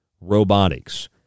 robotics